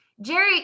Jerry